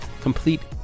complete